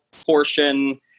portion